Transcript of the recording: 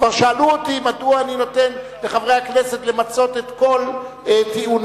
כבר שאלו אותי מדוע אני נותן לחברי הכנסת למצות את כל דיוניהם.